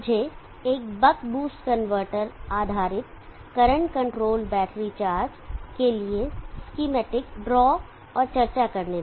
मुझे एक buck converter आधारित करंट कंट्रोल्ड बैटरी चार्ज के लिए इसकेमैटिक ड्रा और चर्चा करने दें